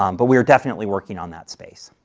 um but we are definitely working on that space.